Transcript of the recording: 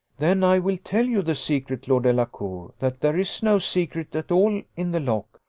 then i will tell you the secret, lord delacour that there is no secret at all in the lock,